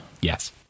Yes